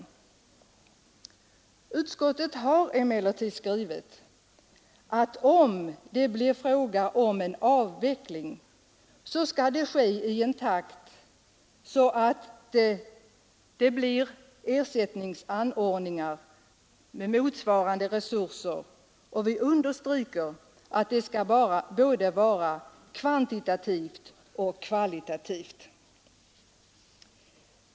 Utskottet har emellertid skrivit att om avveckling beslutas, skall avvecklingen ske i takt med att ersättningsanordningar med motsvarande resurser kan komma till stånd på annat håll. Vi understryker att detta skall gälla både kvantitativt och kvalitativt.